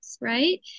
right